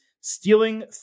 stealing